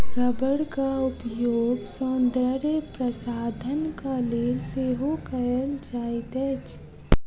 रबड़क उपयोग सौंदर्य प्रशाधनक लेल सेहो कयल जाइत अछि